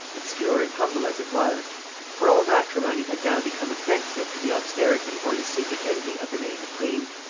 obscure and humble as it was for all matrimony had now become offensive to the austerity or the secret envy of the maiden queen.